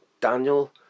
Daniel